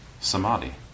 samadhi